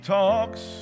talks